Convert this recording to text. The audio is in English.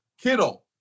Kittle